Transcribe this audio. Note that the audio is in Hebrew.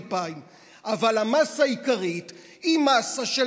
2,000. אבל המאסה העיקרית היא מאסה של